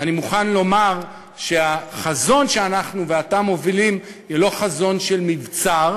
אני מוכן לומר שהחזון שאנחנו ואתה מובילים הוא לא חזון של מבצר,